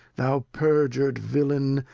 thou perjur'd villain,